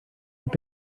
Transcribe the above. have